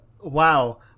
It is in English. wow